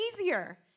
easier